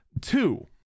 Two